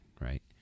right